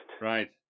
Right